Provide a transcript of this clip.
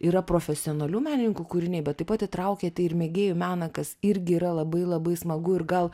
yra profesionalių menininkų kūriniai bet taip pat įtraukėte ir mėgėjų meną kas irgi yra labai labai smagu ir gal